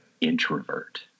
introvert